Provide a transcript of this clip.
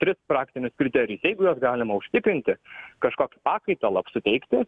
tris praktinius kriterijus jeigu juos galima užtikrinti kažkokį pakaitalą suteikti